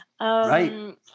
right